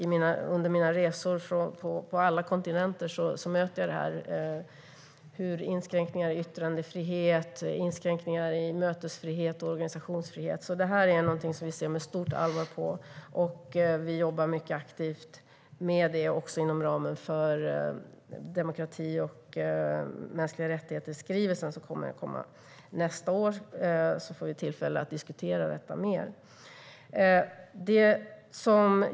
Under mina resor på alla kontinenter möter jag inskränkningar i yttrandefrihet, inskränkningar i mötesfrihet och organisationsfrihet. Det är någonting som vi ser med stort allvar på. Vi jobbar också väldigt aktivt med det inom ramen för skrivelsen om demokrati och mänskliga rättigheter som kommer nästa år. Då får vi tillfälle att diskutera detta ytterligare.